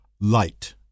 light